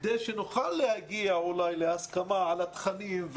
כדי שנוכל להגיע אולי להסכמה על התכנים,